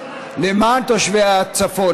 למען תושבי הצפון.